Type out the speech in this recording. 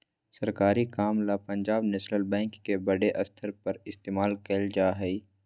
सरकारी काम ला पंजाब नैशनल बैंक के बडे स्तर पर इस्तेमाल कइल जा हई